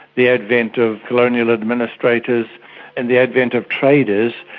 the advent of colonial administrators and the advent of traders,